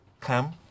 come